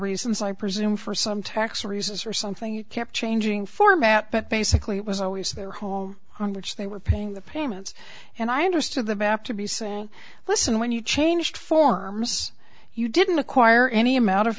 reasons i presume for some tax reasons or something kept changing format but basically it was always there hall on which they were paying the payments and i understood the back to be saying listen when you changed forms you didn't acquire any amount of